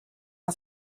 are